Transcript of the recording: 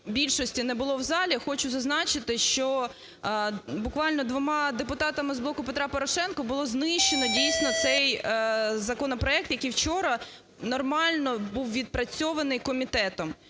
більшості не було у залі, хочу зазначити, що буквально двома депутатами з "Блоку Петра Порошенка" було знищено, дійсно, цей законопроект, який вчора нормально був відпрацьований комітетом.